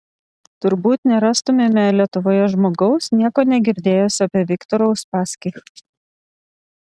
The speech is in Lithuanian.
turbūt nerastumėme lietuvoje žmogaus nieko negirdėjusio apie viktorą uspaskich